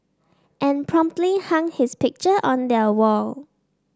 and promptly hung his picture on their wall